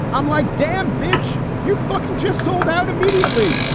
i'm like, damn bitch, you fucking just sold out immediately.